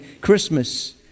Christmas